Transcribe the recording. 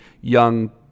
young